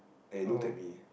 and it looked at me